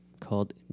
called